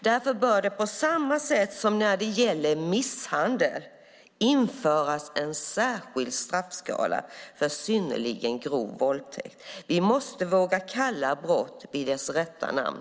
Därför bör det på samma sätt som när det gäller misshandel införas en särskild straffskala för synnerligen grov våldtäkt. Vi måste våga kalla brott vid dess rätta namn.